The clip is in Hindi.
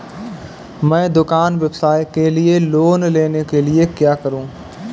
मैं दुकान व्यवसाय के लिए लोंन लेने के लिए क्या करूं?